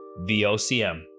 VOCM